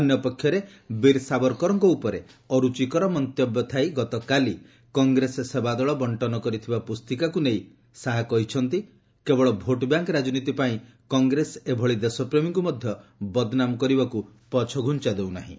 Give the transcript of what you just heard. ଅନ୍ୟ ପକ୍ଷରେ ବୀର ସାବରକରଙ୍କ ଉପରେ ଅର୍ଚଚିକର ମନ୍ତବ୍ୟ ଥାଇ ଗତକାଲି କଂଗ୍ରେସ ସେବା ଦଳ ବଣ୍ଟନ କରିଥିବା ପୁସ୍ତିକାକୁ ନେଇ ଶାହା କହିଛନ୍ତି କେବଳ ଭୋଟବ୍ୟାଙ୍କ୍ ରାଜନୀତି ପାଇଁ କଂଗ୍ରେସ ଏଭଳି ଦେଶପ୍ରେମୀଙ୍କୁ ମଧ୍ୟ ବଦନାମ କରିବାକୁ ପଛଘ୍ରଞ୍ଚା ଦେଉ ନାହିଁ